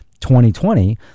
2020